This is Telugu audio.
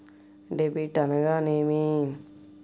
డెబిట్ అనగానేమి?